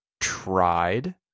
tried